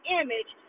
image